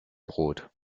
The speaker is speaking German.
brot